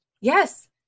yes